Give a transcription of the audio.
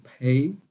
pay